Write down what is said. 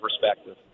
perspective